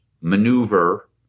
maneuver